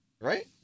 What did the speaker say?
Right